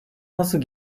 nasıl